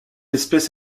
espèce